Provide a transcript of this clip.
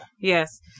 Yes